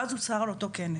ואז הוצהר על אותו כנס.